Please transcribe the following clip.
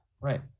right